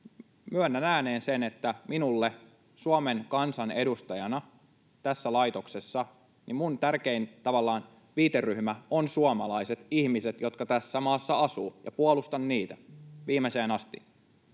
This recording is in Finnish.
Myönnän ääneen sen, että minulle Suomen kansan edustajana tässä laitoksessa tavallaan tärkein viiteryhmä ovat suomalaiset ihmiset, jotka tässä maassa asuvat, ja puolustan heitä viimeiseen asti.